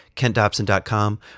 Kentdobson.com